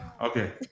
Okay